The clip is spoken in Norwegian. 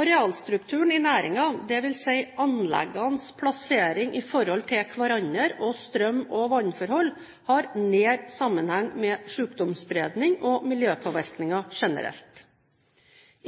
Arealstrukturen i næringen, dvs. anleggenes plassering i forhold til hverandre og strøm- og vannforhold, har nær sammenheng med sykdomsspredning og miljøpåvirkninger generelt.